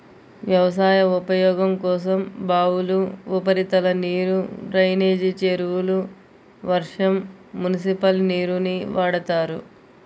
వ్యవసాయ ఉపయోగం కోసం బావులు, ఉపరితల నీరు, డ్రైనేజీ చెరువులు, వర్షం, మునిసిపల్ నీరుని వాడతారు